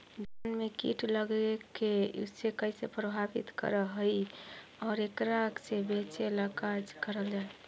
धान में कीट लगके उसे कैसे प्रभावित कर हई और एकरा से बचेला का करल जाए?